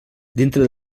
dintre